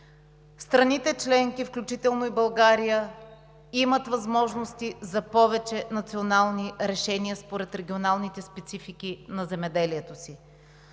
Страните членки, включително и България, имат възможности за повече национални решения според регионалните специфики на земеделието си.